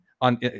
on